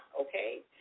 Okay